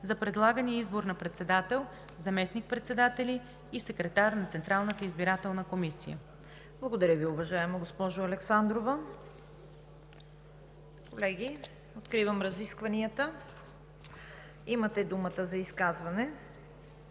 за предлагане и избор на председател, заместник-председатели и секретар на Централната избирателна комисия.“ ПРЕДСЕДАТЕЛ ЦВЕТА КАРАЯНЧЕВА: Благодаря Ви, уважаема госпожо Александрова. Колеги, откривам разискванията. Имате думата за изказване.